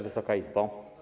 Wysoka Izbo!